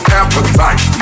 appetite